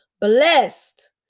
Blessed